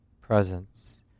presence